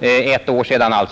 ett år sedan.